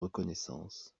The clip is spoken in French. reconnaissance